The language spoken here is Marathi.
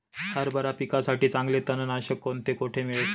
हरभरा पिकासाठी चांगले तणनाशक कोणते, कोठे मिळेल?